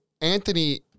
Anthony